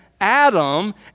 Adam